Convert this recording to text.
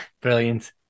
brilliant